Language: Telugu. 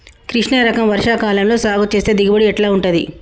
కృష్ణ రకం వర్ష కాలం లో సాగు చేస్తే దిగుబడి ఎట్లా ఉంటది?